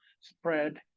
spread